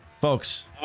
Folks